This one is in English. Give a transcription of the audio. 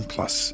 Plus